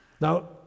Now